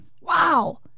Wow